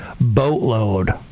boatload